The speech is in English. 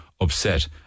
upset